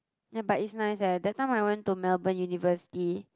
ya but it's nice eh that time I went to Melbourne university